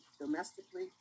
domestically